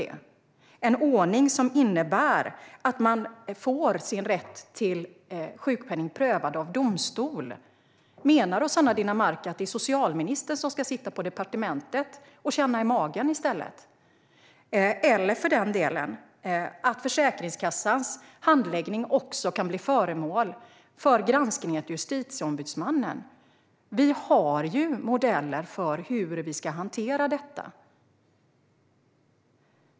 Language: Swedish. Denna ordning innebär att man får sin rätt till sjukpenning prövad av domstol. Menar Rossana Dinamarca att det är socialministern som ska sitta på departementet och känna i magen i stället? Försäkringskassans handläggning kan för den delen också bli föremål för granskningar av Justitieombudsmannen. Vi har modeller för hur vi ska hantera detta.